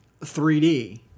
3D